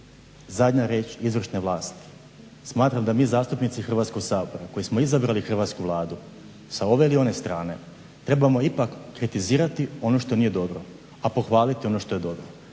zadnja riječ izvršne vlasti. Smatram da mi zastupnici Hrvatskog sabora koji smo izabrali hrvatsku Vladu sa ove ili one strane trebamo ipak kritizirati ono što nije dobro, a pohvaliti ono što je dobro.